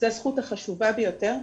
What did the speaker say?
זו הזכות החשובה ביותר,